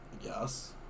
Yes